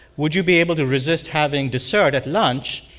would you be able to resist having dessert at lunch,